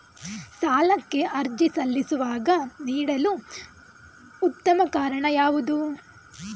ಸಾಲಕ್ಕೆ ಅರ್ಜಿ ಸಲ್ಲಿಸುವಾಗ ನೀಡಲು ಉತ್ತಮ ಕಾರಣ ಯಾವುದು?